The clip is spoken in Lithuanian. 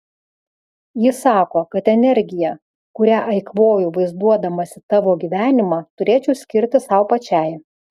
ji sako kad energiją kurią eikvoju vaizduodamasi tavo gyvenimą turėčiau skirti sau pačiai